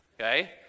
okay